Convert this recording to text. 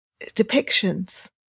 depictions